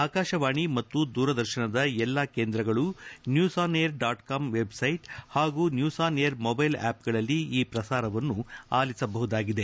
ಆಕಾಶವಾಣಿ ಮತ್ತು ದೂರದರ್ಶನದ ಎಲ್ಲಾ ಕೇಂದ್ರಗಳು news on air dot com website ಹಾಗೂ ನ್ಲೂಸ್ ಆನ್ ಏರ್ ಮೊಬೈಲ್ ಆಫ್ಗಳಲ್ಲಿ ಈ ಪ್ರಸಾರವನ್ನು ಆಲಿಸಬಹುದಾಗಿದೆ